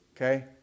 Okay